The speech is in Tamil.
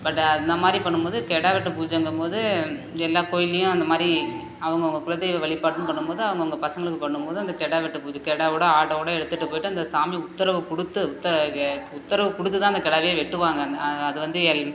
பட்டு அந்த மாதிரி பண்ணும் போது கிடாவெட்டு பூஜைங்கம் போது எல்லா கோவில்லேயும் அந்த மாதிரி அவங்க அவங்க குலதெய்வ வழிப்பாட்டுன்னு பண்ணும் போது அவங்க அவங்க பசங்களுக்கு பண்ணும் போது அந்த கிடாவெட்டு பூஜை கிடாவோட ஆடோடு எடுத்துட்டு போய்ட்டு அந்த சாமி உத்தரவு கொடுத்து உத்த கெ உத்தரவு கொடுத்து தான் அந்த கிடாவே வெட்டுவாங்க அது வந்து எல்